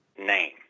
name